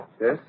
Yes